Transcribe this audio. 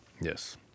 Yes